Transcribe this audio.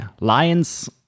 Lions